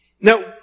Now